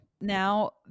now